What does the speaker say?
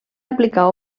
aplicar